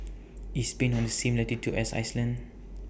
IS Spain on The same latitude as Iceland